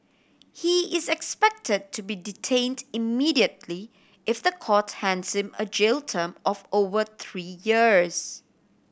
he is expected to be detained immediately if the court hands him a jail term of over three years